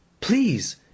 Please